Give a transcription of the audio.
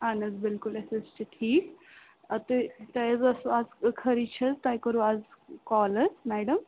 اَہَن حظ بِلکُل أسۍ حظ چھِ ٹھیٖک تُہۍ تۄہہِ حظ ٲسوٕ اَز خٲرٕے چھِ حظ تۄہہِ کوٚروٕ اَز کال حظ میڈَم